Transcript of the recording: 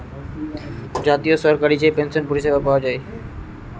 জাতীয় সরকারি যে পেনসন পরিষেবা পায়া যায়